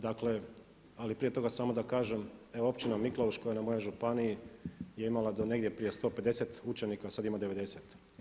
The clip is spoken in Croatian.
Dakle, ali prije toga samo da kažem evo općina Mikleuš koja je na mojoj županiji je imala do negdje prije 150 učenika sad ima 90.